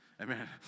Amen